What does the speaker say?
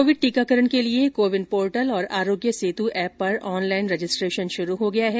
Covid टीकाकरण के लिए को विन पोर्टल और आरोग्य सेतू एप पर ऑनलाइन रजिस्ट्रेशन शुरू हो गया है